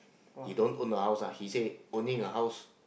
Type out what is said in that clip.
he don't own a house ah he said owning a house